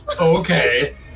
Okay